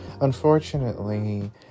Unfortunately